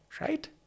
Right